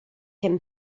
him